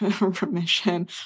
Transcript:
remission